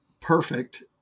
perfect